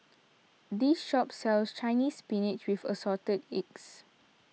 this shop sells Chinese Spinach with Assorted Eggs